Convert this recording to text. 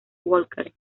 walker